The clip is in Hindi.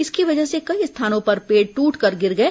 इसकी वजह से कई स्थानों पर पेड़ दूटकर गिर गए